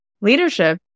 Leadership